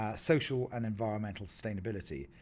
ah social and environmental sustainability.